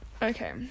Okay